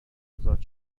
ازاد